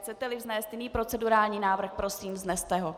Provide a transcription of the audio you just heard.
Chceteli vznést jiný procedurální návrh, prosím, vzneste ho.